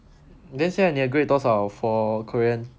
that's why 你的 grade 多少 for korean